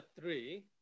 three